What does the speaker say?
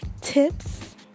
tips